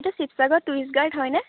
এইটো Sivasagar tourist guide হয়নে